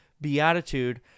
beatitude